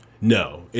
No